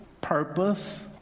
purpose